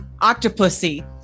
Octopussy